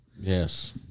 Yes